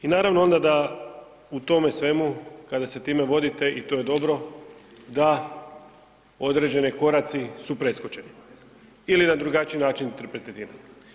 I naravno onda da u tome svemu kada se time vodite i to je dobro da određeni koraci su preskočeni ili na drugačiji način interpretiraju.